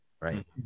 right